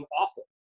awful